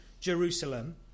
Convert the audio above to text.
Jerusalem